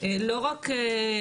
לא רק,